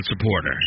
supporter